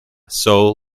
sol